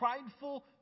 prideful